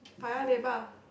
Paya-Lebar